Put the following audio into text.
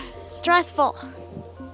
Stressful